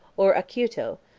or acuto,